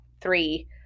three